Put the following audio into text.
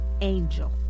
Angel